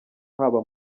haba